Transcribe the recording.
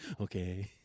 Okay